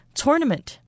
tournament